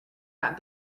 not